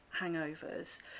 hangovers